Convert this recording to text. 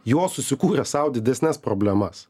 jos susikūrė sau didesnes problemas